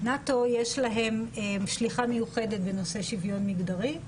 נאט"ו, יש להם שליחה מיוחדת בנושא שוויון מגדרי.